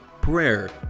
prayer